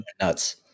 nuts